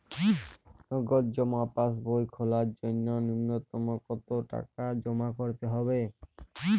নগদ জমা পাসবই খোলার জন্য নূন্যতম কতো টাকা জমা করতে হবে?